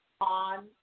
on